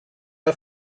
are